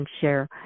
share